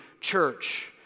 church